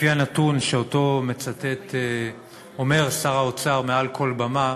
שלפי הנתון שאומר שר האוצר מעל כל במה,